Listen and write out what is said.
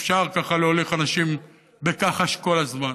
אפשר ככה להוליך אנשים בכחש כל הזמן.